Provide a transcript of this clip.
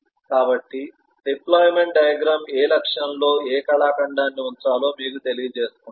కాబట్టి deployment diagram ఏ లక్ష్యంలో ఏ కళాఖండాన్ని ఉంచాలో మీకు తెలియజేస్తుంది